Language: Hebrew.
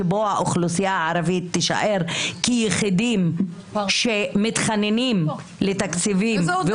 שבו האוכלוסייה הערבית תישאר כיחידים שמתחננים לתקציבים,